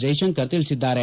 ಜೈಶಂಕರ್ ತಿಳಿಸಿದ್ದಾರೆ